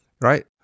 right